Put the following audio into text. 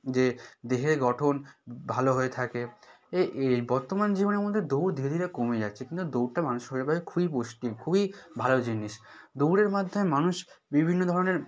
যে দেহের গঠন ভালো হয়ে থাকে এ এই বর্তমান জীবনে আমাদের দৌড় ধীরে ধীরে কমে যাচ্ছে কিন্তু দৌড়টা মানুষের শরীরের পক্ষে খুবই পুষ্টি খুবই ভালো জিনিস দৌড়ের মাধ্যমে মানুষ বিভিন্ন ধরনের